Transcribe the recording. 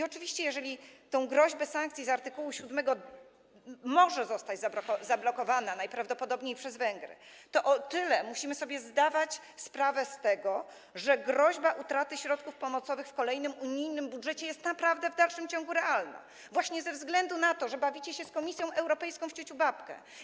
Oczywiście o ile groźba sankcji z art. 7 może zostać zablokowana, najprawdopodobniej przez Węgry, o tyle musimy sobie zdawać sprawę z tego, że groźba utraty środków pomocowych w kolejnym unijnym budżecie jest naprawdę w dalszym ciągu realna właśnie ze względu na to, że bawicie się z Komisją Europejską w ciuciubabkę.